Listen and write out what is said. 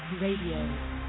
Radio